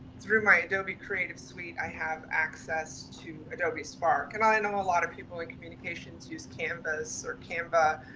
through my adobe creative suite, i have access to adobe spark and i know a lot of people in communications use canvas or canva,